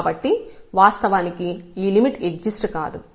కాబట్టి వాస్తవానికి ఈ లిమిట్ ఎగ్జిస్ట్ కాదు